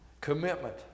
commitment